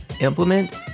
implement